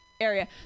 area